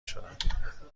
شدم